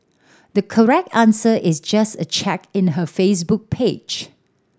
the correct answer is just a check her Facebook page